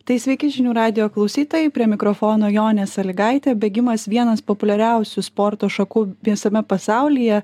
tai sveiki žinių radijo klausytojai prie mikrofono jonė salygaitė bėgimas vienas populiariausių sporto šakų visame pasaulyje